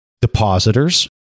depositors